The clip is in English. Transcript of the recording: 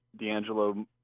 D'Angelo